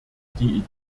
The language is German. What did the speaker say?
die